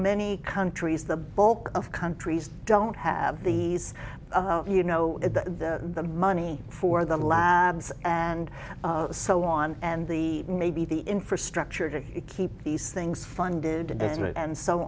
many countries the bulk of countries don't have these you know the money for the labs and so on and the maybe the infrastructure to keep these things funded and